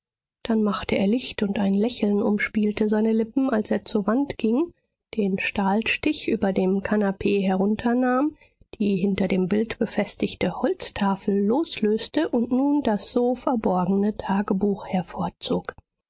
dann machte er licht und ein lächeln umspielte seine lippen als er zur wand ging den stahlstich über dem kanapee herunternahm die hinter dem bild befestigte holztafel loslöste und nun das so verborgene tagebuch hervorzog